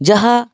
ᱡᱟᱦᱟᱸ